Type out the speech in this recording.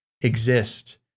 exist